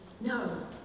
No